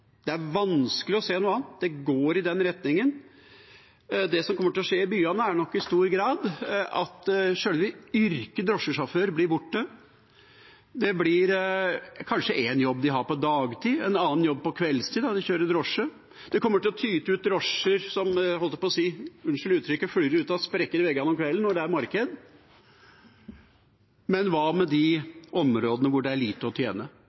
Det er vanskelig å se noe annet. Det går i den retningen. Det som kommer til å skje i byene, er nok i stor grad at sjølve yrket drosjesjåfør blir borte. Det blir kanskje sånn at de har én jobb på dagtid og en annen jobb på kveldstid, da de kjører drosje. De kommer til å tyte ut, det vil være drosjer som – unnskyld uttrykket – flyr ut av sprekker i veggene om kvelden, når det er marked. Men hva med de områdene hvor det er lite å tjene?